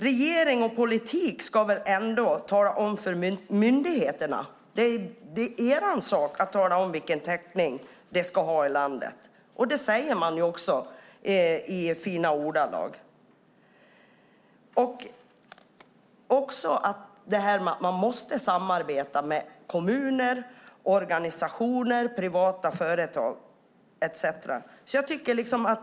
Regering och politik ska tala om för myndigheterna vilken täckning de ska ha i landet - det säger man också i fina ordalag - och att de måste samarbeta med kommuner, organisationer och privata företag etcetera.